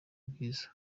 bwiza